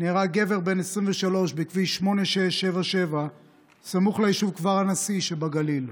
נהרג גבר בן 23 בכביש 8677 סמוך ליישוב כפר הנשיא שבגליל.